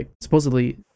supposedly